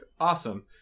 awesome